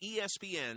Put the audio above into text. ESPN